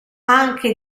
anche